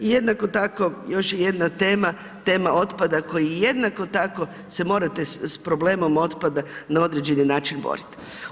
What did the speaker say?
I jednako tako još jedna tema, tema otpada koji jednako tako se morate s problemom otpada na određeni način borit.